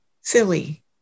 silly